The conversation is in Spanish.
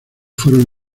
fueron